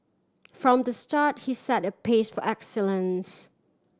from the start he set a pace for excellence